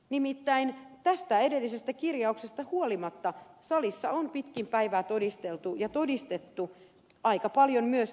nimittäin tästä kirjauksesta huolimatta salissa on pitkin päivää todisteltu ja todistettu aika paljon myös toisin